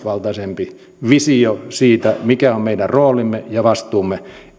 ja kokonaisvaltaisempi visio siitä mikä on meidän arvojemme pohjalta meidän roolimme ja vastuumme